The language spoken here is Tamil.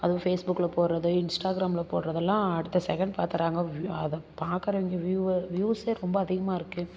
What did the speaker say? அதும் ஃபேஸ்புக்கில் போடறது இன்ஸ்ட்டாகிராமில் போடறதெல்லாம் அடுத்த செகண்ட் பார்த்துறாங்க அதை பார்க்குற வியூ வியூர் வியூவ்ஸே ரொம்ப அதிகமாக இருக்குது